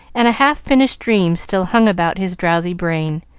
and a half-finished dream still hung about his drowsy brain.